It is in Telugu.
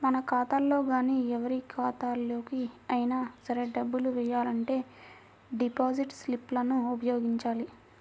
మన ఖాతాలో గానీ ఎవరి ఖాతాలోకి అయినా సరే డబ్బులు వెయ్యాలంటే డిపాజిట్ స్లిప్ లను ఉపయోగించాలి